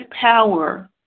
power